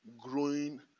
growing